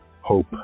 hope